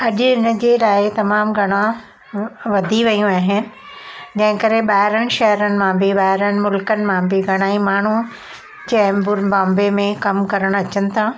अॼु इनजे लाइ तमामु घणा वधी वियूं आहिनि जंहिं करे ॿाहिरनि शहरनि मां बि ॿाहिरनि मुल्कनि मां बि घणई माण्हू चैंबूर बॉम्बे में कमु करण अचनि था